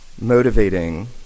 motivating